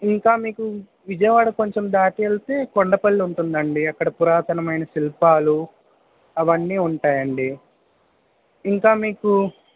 ఇంకా మీకు విజయవాడ కొంచెం దాటి వెళ్తే కొండపల్లి ఉంటుందండి అక్కడ పురాతనమైన శిల్పాలు అవన్నీ ఉంటాయండి ఇంకా మీకు